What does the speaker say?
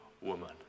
woman